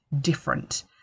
different